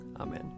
Amen